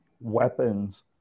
weapons